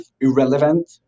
irrelevant